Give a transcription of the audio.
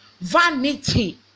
Vanity